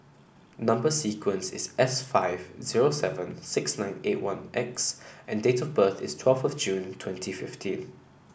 number sequence is S five zero seven six nine eight one X and date of birth is twelve June twenty fifteen